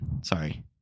Sorry